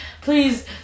Please